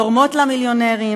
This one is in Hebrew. תורמות לה מיליונרים,